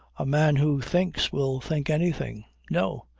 a man who thinks will think anything. no!